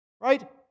Right